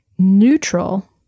neutral